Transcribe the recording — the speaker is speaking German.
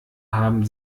haben